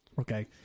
Okay